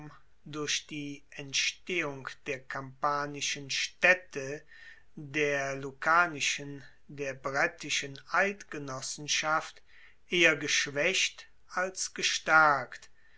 durch die entstehung der kampanischen staedte der lucanischen der brettischen eidgenossenschaft eher geschwaecht als gestaerkt